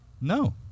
No